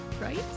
right